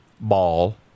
ball